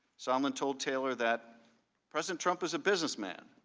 sondland told taylor that president trump is a businessman.